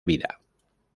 vida